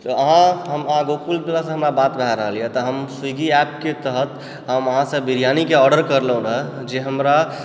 तऽ अहाँ हमरा बात भए रहलयऽ तऽ हम स्विगी एप्प के तहत हम अहाँसँ बिरियानीकऽऑर्डर करलउ रहय जे हमरा